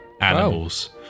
animals